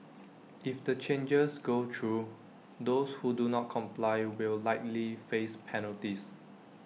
if the changes go through those who do not comply will likely face penalties